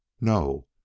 No